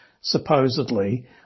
supposedly